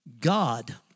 God